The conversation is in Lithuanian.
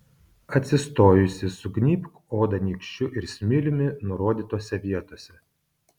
atsistojusi sugnybk odą nykščiu ir smiliumi nurodytose vietose